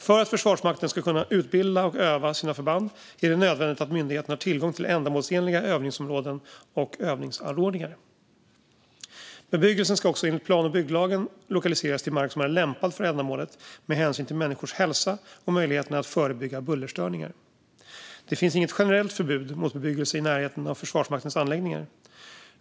För att Försvarsmakten ska kunna utbilda och öva sina förband är det nödvändigt att myndigheten har tillgång till ändamålsenliga övningsområden och övningsanordningar. Bebyggelsen ska också enligt plan och bygglagen lokaliseras till mark som är lämpad för ändamålet med hänsyn till människors hälsa och möjligheterna att förebygga bullerstörningar. Det finns inget generellt förbud mot bebyggelse i närheten av Försvarsmaktens anläggningar.